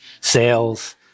sales